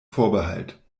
vorbehalt